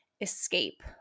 escape